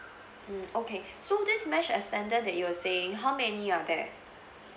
mm okay so this mesh extender that you were saying how many are there